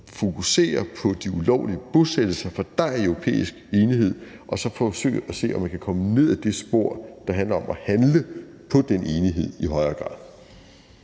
fokusere på de ulovlige bosættelser, for dér er europæisk enighed, og så i højere grad forsøge at se, om man kan komme ned ad det spor, der handler om at handle på den enighed. Kl.